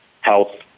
health